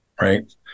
right